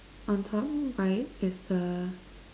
on top right is the